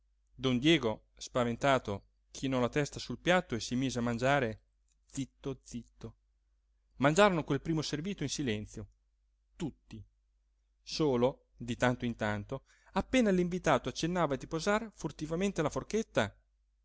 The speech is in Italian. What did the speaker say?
don diego spaventato chinò la testa sul piatto e si mise a mangiare zitto zitto mangiarono quel primo servito in silenzio tutti solo di tanto in tanto appena l'invitato accennava di posar furtivamente la forchetta